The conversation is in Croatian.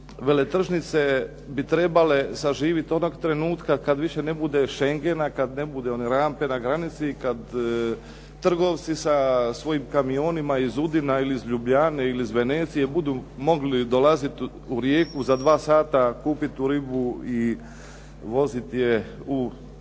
veletržnice bi trebale saživiti onog trenutka kad više ne bude Schengen, kad ne bude one rampe na granici i kad trgovci sa svojim kamionima iz Udina ili iz Ljubljane ili iz Venecije budu mogli dolaziti u Rijeku, za 2 sata kupiti tu ribu i voziti je u